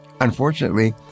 Unfortunately